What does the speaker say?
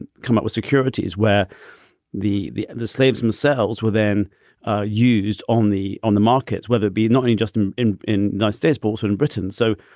and come up with securities where the the slaves themselves were then used only on the market, whether it be not only just in in those days, but also in britain. so,